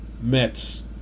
Mets